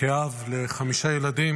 כאב לחמישה ילדים